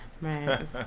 Man